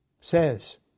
says